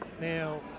Now